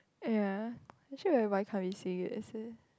ya actually why why can't we see it as a